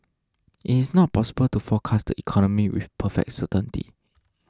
it is not possible to forecast the economy with perfect certainty